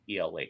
ELA